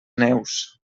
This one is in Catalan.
neus